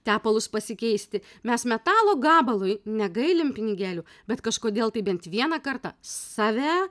tepalus pasikeisti mes metalo gabalui negailim pinigėlių bet kažkodėl tai bent vieną kartą save